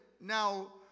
now